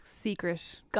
secret